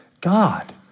God